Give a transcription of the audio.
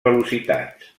velocitats